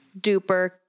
duper